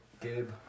Gabe